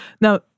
Now